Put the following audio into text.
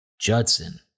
Judson